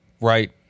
right